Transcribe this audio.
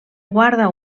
guarda